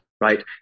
right